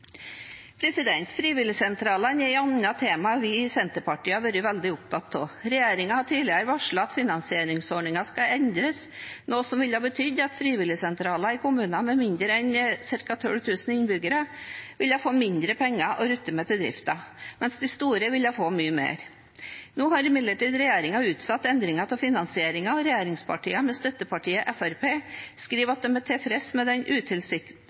er et annet tema vi i Senterpartiet har vært veldig opptatt av. Regjeringen har tidligere varslet at finansieringsordningen skal endres, noe som ville betydd at frivilligsentraler i kommuner med færre enn ca. 12 000 innbyggere ville få mindre penger å rutte med til driften, mens de store kommunene ville få mer. Nå har imidlertid regjeringen utsatt endringen av finansieringen. Regjeringspartiene, med støttepartiet Fremskrittspartiet, skriver at de er tilfreds med at den